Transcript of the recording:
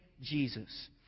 Jesus